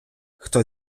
хто